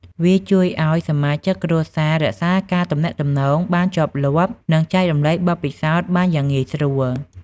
វាជួយឲ្យសមាជិកគ្រួសាររក្សាការទាក់ទងបានជាប់លាប់ និងចែករំលែកបទពិសោធន៍បានយ៉ាងងាយស្រួល។